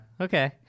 okay